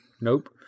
Nope